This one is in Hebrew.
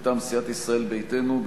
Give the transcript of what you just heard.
מטעם סיעת ישראל ביתנו,